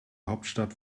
hauptstadt